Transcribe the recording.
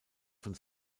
von